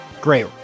Great